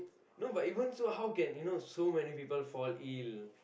no but even so how can you know so many people fall ill